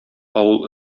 авыл